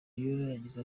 yagize